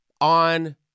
on